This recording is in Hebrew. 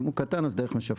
אם הוא קטן אז דרך משווקים.